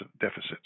deficits